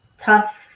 tough